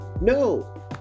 No